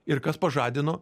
ir kas pažadino